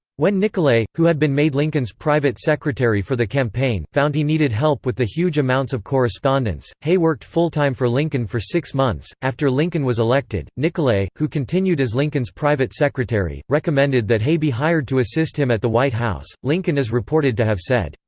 when nicolay, who had been made lincoln's private secretary for the campaign, found he needed help with the huge amounts of correspondence, hay worked full-time for lincoln for six months after lincoln was elected, nicolay, who continued as lincoln's private secretary, recommended that hay be hired to assist him at the white house. lincoln is reported to have said,